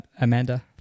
amanda